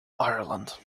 ireland